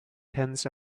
tends